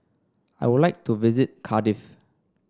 I would like to visit Cardiff